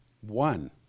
one